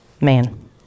Man